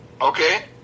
okay